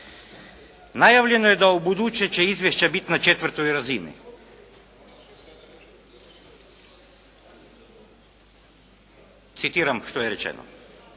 Najavljeno je da ubuduće će izvješće biti na četvrtoj razini. Citiram što je rečeno.